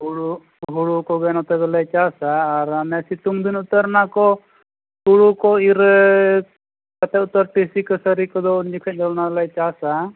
ᱦᱳᱲᱳ ᱦᱳᱲᱳ ᱠᱚᱜᱮ ᱱᱚᱛᱮ ᱫᱚᱞᱮ ᱪᱟᱥᱼᱟ ᱟᱨ ᱦᱟᱱᱮ ᱥᱤᱛᱩᱝ ᱫᱤᱱ ᱩᱛᱟᱹᱨ ᱱᱟᱠᱚ ᱦᱳᱲᱳ ᱠᱚ ᱤᱨᱻᱟ ᱠᱟᱛᱮᱫ ᱴᱤᱥᱤ ᱠᱟᱹᱥᱟᱹᱨᱤ ᱠᱚᱫᱚ ᱩᱱ ᱡᱚᱠᱷᱚᱡ ᱫᱚ ᱚᱱᱟ ᱠᱚᱫᱚ ᱟᱞᱮ ᱞᱮ ᱪᱟᱥᱼᱟ